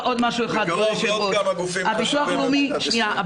בקרוב עוד כמה גופים חשובים במדינת ישראל.